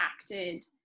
acted